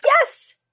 Yes